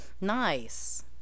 nice